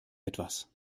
etwas